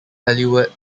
aleut